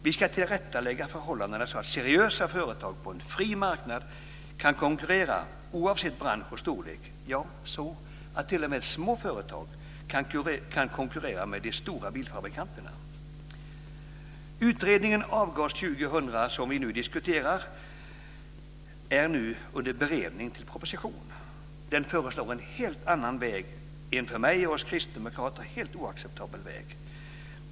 Vi ska tillrättalägga förhållandena så att seriösa företag på en fri marknad kan konkurrera oavsett bransch och storlek. Ja så att t.o.m. små företag kan konkurrera med de stora bilfabrikanterna. Utredningen Avgas 2000, som vi nu diskuterar, är nu under beredning till proposition. I den föreslås en helt annan väg, en för mig och oss kristdemokrater helt oacceptabel väg.